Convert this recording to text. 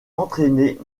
entraîné